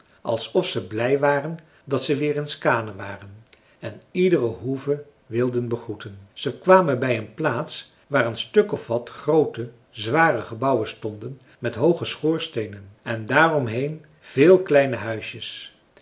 alsof ze blij waren dat ze weer in skaane waren en iedere hoeve wilden begroeten ze kwamen bij een plaats waar een stuk of wat groote zware gebouwen stonden met hooge schoorsteenen en daaromheen veel kleine huisjes